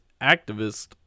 activist